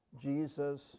Jesus